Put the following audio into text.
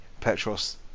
Petros